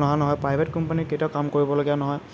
নহয় নহয় প্ৰাইভেট কোম্পানীত কেতিয়াও কাম কৰিবলগীয়া নহয়